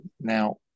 Now